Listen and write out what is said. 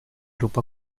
grupo